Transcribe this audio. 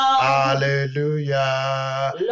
Hallelujah